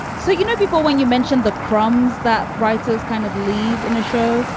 so, you know, before when you mentioned the crumbs that writers kind of leave in a show.